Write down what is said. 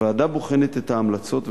הוועדה בוחנת את ההמלצות,